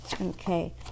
okay